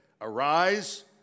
Arise